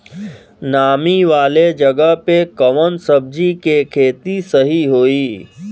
नामी वाले जगह पे कवन सब्जी के खेती सही होई?